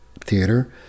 theater